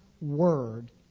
Word